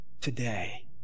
today